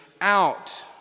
out